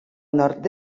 nord